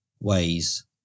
ways